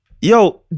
Yo